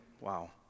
Wow